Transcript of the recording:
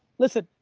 listen,